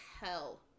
hell